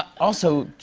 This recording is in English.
also,